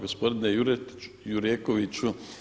Gospodine Jurekoviću.